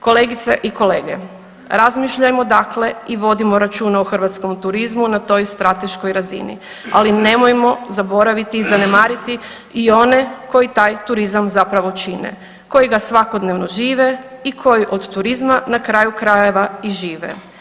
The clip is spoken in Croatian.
Kolegice i kolege razmišljajmo dakle i vodimo računa o hrvatskom turizmu na toj strateškoj razini, ali nemojmo zaboraviti i zanemariti i one koji taj turizam zapravo čine, koji ga svakodnevno žive i koji od turizma na kraju krajeva i žive.